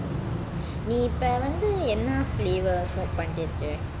நீ இப்போ வந்து என்ன:nee ipo vanthu enna flavours smoke பங்கிட்டு இருக்க:panitu iruka